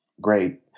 great